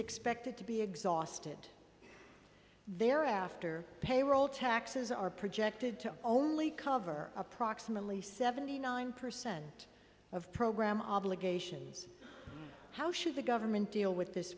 expected to be exhausted there after payroll taxes are projected to only cover approximately seventy nine percent of program obligations how should the government deal with this